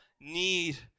need